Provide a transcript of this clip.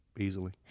Easily